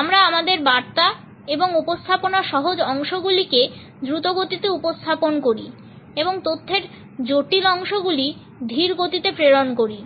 আমরা আমাদের বার্তা এবং উপস্থাপনার সহজ অংশগুলিকে দ্রুত গতিতে উপস্থাপন করি এবং তথ্যের জটিল অংশগুলি ধীর গতিতে প্রেরণ করি